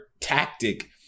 tactic